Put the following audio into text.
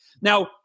Now